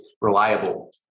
reliable